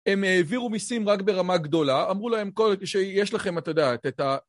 הם העבירו מיסים רק ברמה גדולה, אמרו להם כל עוד שיש לכם את ה...